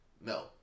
No